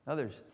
Others